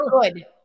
good